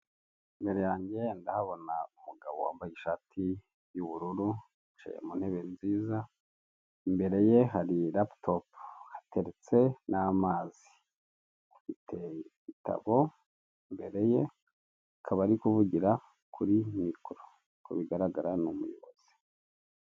Imbere yanjye ndahabona umugabo wambaye ishati y'ubururu yicaye muntebe nziza, imbere ye hari laputopu hateretse n'amazi, afite igitabo imbere ye akaba ari kuvugira kuri mikoro. Uko bigaragara ni umuyobozi.